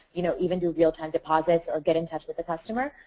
you know, even do real time deposits or get in touch with the customer,